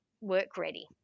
work-ready